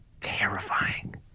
terrifying